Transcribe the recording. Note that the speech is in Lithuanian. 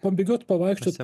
pabėgiot pavaikščiot